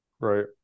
right